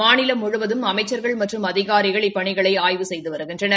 மாநிலம் முழுவதும் அமைச்சாகள் மற்றும் அதிகாரிகள் இப்பணிகளை ஆய்வு செய்து வருகின்றனர்